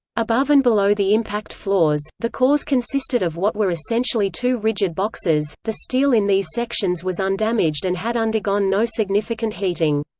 above and below the impact floors, the cores consisted what were essentially two rigid boxes the steel in these sections was undamaged and had undergone no significant heating.